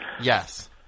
Yes